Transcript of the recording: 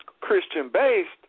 Christian-based